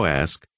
ask